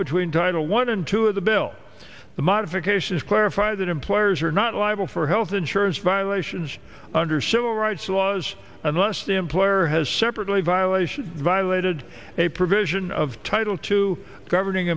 between title one and two of the bill the modification is clarify that employers are not liable for health insurance violations under civil rights laws unless the employer has separately violation violated a provision of title two governing